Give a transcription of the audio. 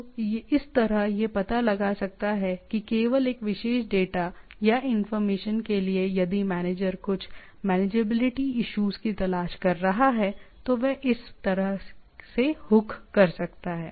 तो इस तरह यह पता लगा सकता है कि केवल एक विशेष डेटा या इंफॉर्मेशन के लिए यदि मैनेजर कुछ मेनेजेबिलिटी इश्यूज की तलाश कर रहा है तो वह इस तरह से हुक कर सकता है